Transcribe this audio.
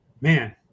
man